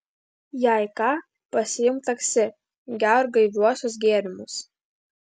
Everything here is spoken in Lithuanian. jei ką pasiimk taksi gerk gaiviuosius gėrimus